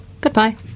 Goodbye